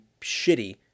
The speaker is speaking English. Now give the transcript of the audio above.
shitty